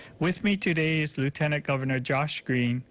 with me today is lieutenant governor josh green,